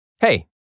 Hey